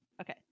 Okay